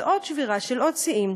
זו שבירה של עוד שיאים.